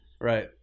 Right